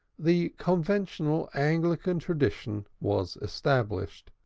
the conventional anglican tradition was established